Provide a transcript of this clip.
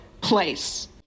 place